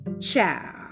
Ciao